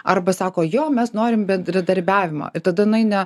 arba sako jo mes norim bendradarbiavimo ir tada nueina